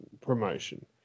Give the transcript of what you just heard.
promotion